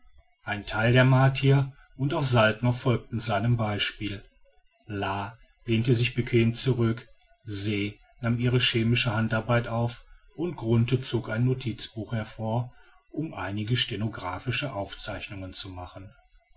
ein teil der martier und auch saltner folgten seinem beispiel la lehnte sich bequem zurück se nahm ihre chemische handarbeit auf und grunthe zog sein notizbuch hervor um sich einige stenographische aufzeichnungen zu machen